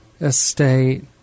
estate